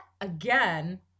again